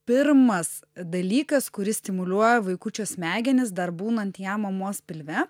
pirmas dalykas kuris stimuliuoja vaikučio smegenis dar būnant jam mamos pilve